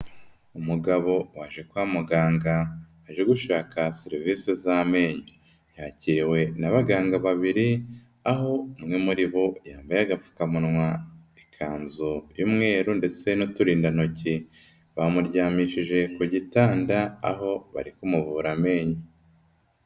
Umugabo waje kwa muganga aje gushaka serivise z'amenyo, yakiriwe n'abaganga babiri aho umwe muri bo yambaye agapfukamunwa, ikanzu y'umweru ndetse n'uturindantoki, bamuryamishije ku gitanda aho bari kumuvura amenyo.